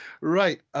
Right